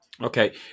Okay